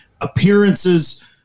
appearances